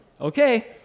okay